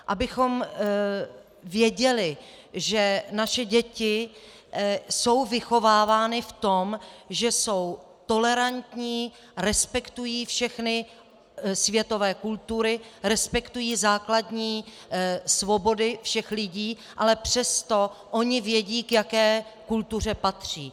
Abychom věděli, že naše děti jsou vychovávány v tom, že jsou tolerantní, respektují všechny světové kultury, respektují základní svobody všech lidí, ale přesto ony vědí, k jaké kultuře patří.